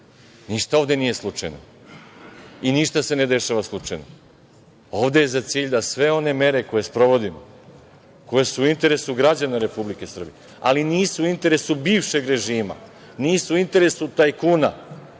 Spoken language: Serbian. ovde nije slučajno i ništa se ne dešava slučajno. Ovde je za cilj da sve one mere koje sprovodimo, koje su u interesu građana Republike Srbije, ali nisu u interesu bivšeg režima, nisu u interesu tajkuna.